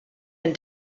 and